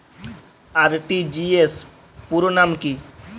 RTGS পুরো নাম কি?